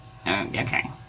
Okay